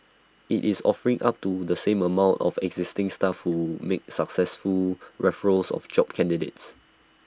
IT is offering up to the same amount of existing staff who make successful referrals of job candidates